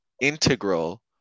integral